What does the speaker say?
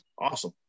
awesome